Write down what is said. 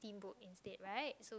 steamboat instead right so